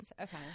Okay